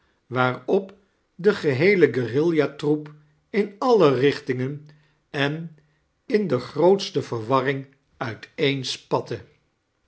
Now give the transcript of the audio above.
waarop de geheele guerilla-troep in alle richtingen en in de grootste verwanring uiteenspatte